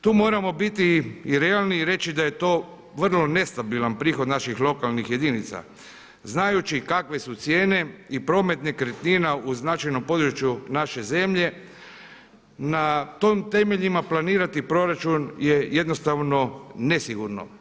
Tu moramo biti i realni i reći da je to vrlo nestabilan prihod naših lokalnih jedinica, znajući kakve su cijene i promet nekretnina u značajnom području naše zemlje, na tim temeljima planirati proračun je jednostavno nesigurno.